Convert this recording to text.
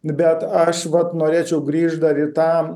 bet aš vat norėčiau grįžt dar į tą